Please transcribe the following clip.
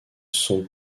sont